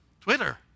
Twitter